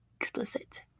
explicit